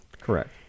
correct